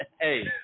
Hey